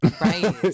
Right